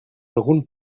algun